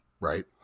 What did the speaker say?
right